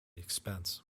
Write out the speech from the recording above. expense